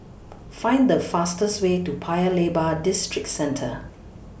Find The fastest Way to Paya Lebar Districentre